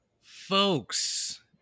Folks